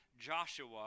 Joshua